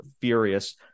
furious